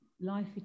life